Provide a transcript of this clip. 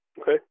Okay